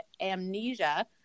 amnesia